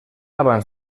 abans